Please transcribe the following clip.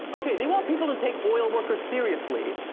okay, they want people to take oil workers seriously.